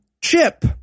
chip